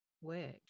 work